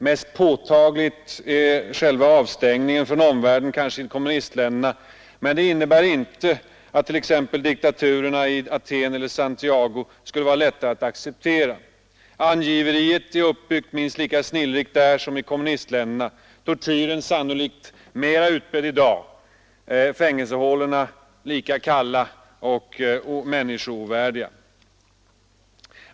Mest påtaglig är själva avstängningen från omvärlden kanske i kommunistländerna. Men det innebär inte att t.ex. diktaturerna i Aten eller Santiago skulle vara lättare att acceptera. Angiveriet är minst lika snillrikt där som i kommunistländerna, tortyren sannolikt mera utbredd och fängelsehålorna lika kalla och människoovärdiga.